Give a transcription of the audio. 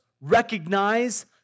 recognize